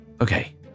Okay